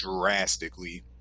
drastically